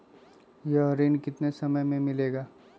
यह ऋण कितने समय मे मिलेगा?